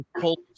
pull